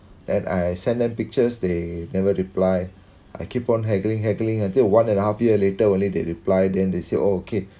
and I sent them pictures they never reply I keep on haggling haggling until one and a half year later only they reply then they say okay